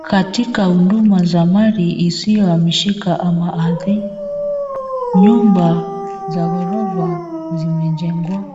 Katika huduma za mali isiyohamishika ama ardhi. Nyumba za gorofa zimejengwa,